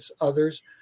others